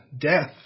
death